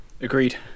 Agreed